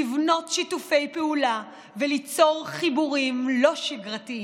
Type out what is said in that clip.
לבנות שיתופי פעולה וליצור חיבורים לא שגרתיים.